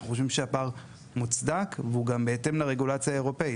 אנחנו חושבים שהפער מוצדק והוא בהתאם לרגולציה האירופאית,